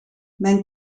mijn